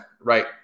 right